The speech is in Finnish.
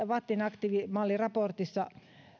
vattin aktiivimalliraportissa